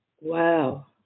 Wow